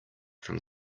from